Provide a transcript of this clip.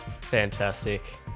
Fantastic